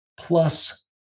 plus